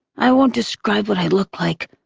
i won't describe what i look like.